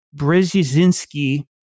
Brzezinski